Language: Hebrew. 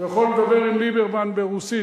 הוא יכול לדבר עם ליברמן ברוסית.